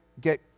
get